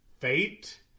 Fate